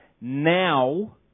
now